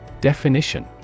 Definition